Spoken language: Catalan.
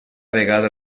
vegada